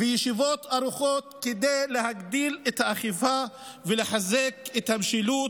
"וישיבות ארוכות כדי להגדיל את האכיפה ולחזק את המשילות,